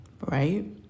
Right